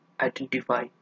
identify